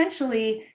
essentially